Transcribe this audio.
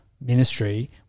ministry